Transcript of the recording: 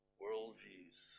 worldviews